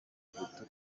hutu